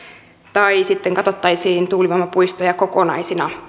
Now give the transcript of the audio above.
tai sitten katsottaisiin tuulivoimapuistoja kokonaisina